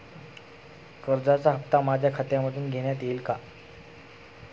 कर्जाचा हप्ता माझ्या खात्यातून घेण्यात येईल का?